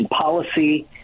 policy